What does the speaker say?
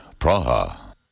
Praha